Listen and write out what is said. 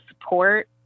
support